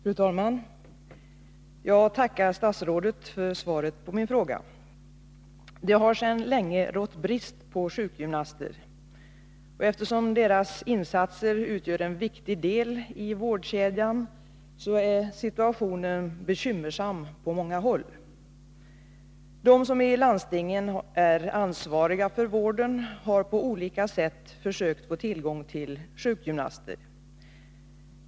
Fru talman! Jag tackar statsrådet för svaret på min fråga. Det har sedan länge rått brist på sjukgymnaster. Eftersom deras insatser utgör en viktig del i vårdkedjan är situationen bekymmersam på många håll. De som i landstingen är ansvariga för vården har på olika sätt försökt få tillgång till sjukgymnaster.